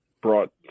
brought –